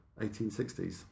1860s